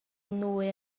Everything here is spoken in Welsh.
nwy